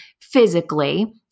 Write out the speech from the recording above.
physically